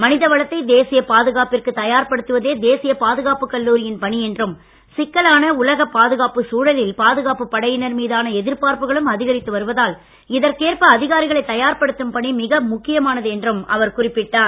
மனிதவளத்தை தேசிய பாதுகாப்பிற்கு தயார் படுத்துவதே தேசிய பாதுகாப்புக் கல்லூரியின் பணி என்றும் சிக்கலான உலகப் பாதுகாப்புச் சூழலில் பாதுகாப்பு படையினர் மீதான எதிர்பார்ப்புகளும் அதிகரித்து வருவதால் இதற்கேற்ப அதிகாரிகளை தயார்படுத்தும் பணி மிக முக்கியமானது என்றும் அவர் குறிப்பிட்டார்